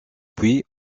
puis